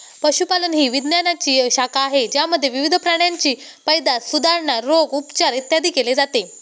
पशुपालन ही विज्ञानाची शाखा आहे ज्यामध्ये विविध प्राण्यांची पैदास, सुधारणा, रोग, उपचार, इत्यादी केले जाते